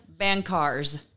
Bancars